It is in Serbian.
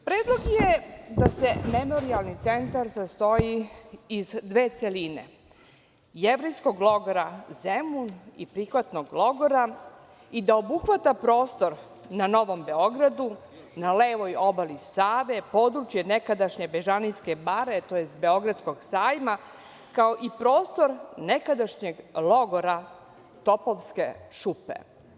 Predlog je da se memorijalni centar sastoji iz dve celine, Jevrejskog logora „Zemun“ i prihvatnog logora i da obuhvata prostor na Novom Beogradu, na levoj obali Save, područje nekadašnje Bežanijske bare, tj. Beogradskog sajma, kao i prostor nekadašnjeg logora „Topovske šupe“